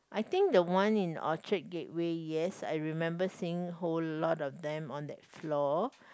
I think the one in Orchard Gateway yes I remember seeing whole lot of them on that floor